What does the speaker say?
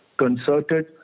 concerted